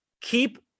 Keep